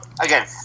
again